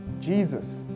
Jesus